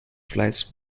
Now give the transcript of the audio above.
flights